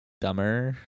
dumber